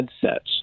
headsets